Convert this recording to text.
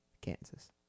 Kansas